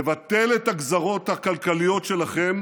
נבטל את הגזרות הכלכליות שלכם,